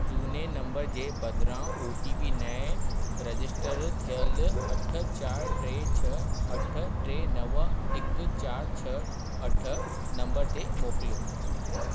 झूने नंबर जे बदिरां ओ टी पी नएं रजिस्टर थियल अठ चा छ्ह अठ नव हिकु चार छ्ह अठ नंबर ते मोकिलियो